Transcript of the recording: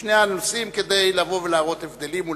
בשני הנושאים כדי לבוא ולהראות אולי הבדלים.